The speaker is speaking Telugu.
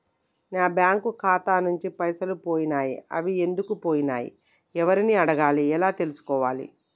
నా బ్యాంకు ఖాతా నుంచి పైసలు పోయినయ్ అవి ఎందుకు పోయినయ్ ఎవరిని అడగాలి ఎలా తెలుసుకోవాలి?